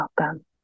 welcome